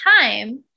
time